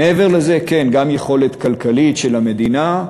מעבר לזה, כן, גם יכולת כלכלית של המדינה.